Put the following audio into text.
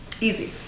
Easy